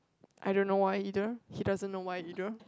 I don't know why either he doesn't know why either